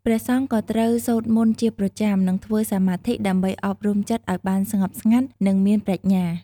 ព្រះសង្ឃក៏ត្រូវសូត្រមន្តជាប្រចាំ និងធ្វើសមាធិដើម្បីអប់រំចិត្តឲ្យបានស្ងប់ស្ងាត់ និងមានប្រាជ្ញា។